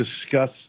discuss